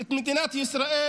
את מדינת ישראל,